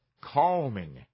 Calming